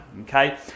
Okay